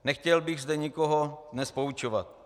Nechtěl bych zde nikoho dnes poučovat.